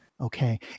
Okay